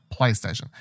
PlayStation